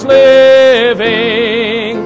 living